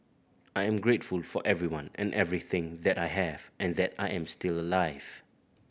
I am grateful for everyone and everything that I have and that I am still alive